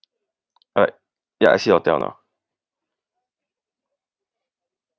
alright ya I say hotel now